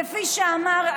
כפי שאמר,